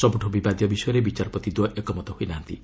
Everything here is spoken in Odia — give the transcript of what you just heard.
ସବୁଠୁ ବିବାଦୀୟ ବିଷୟରେ ବିଚାରପତି ଦ୍ୱୟ ଏକମତ ହୋଇନାହାନ୍ତି